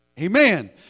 Amen